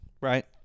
right